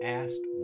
asked